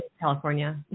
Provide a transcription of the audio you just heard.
California